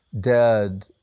dead